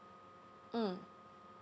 mm